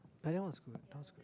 like that one was good that was good